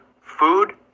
food